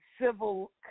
civil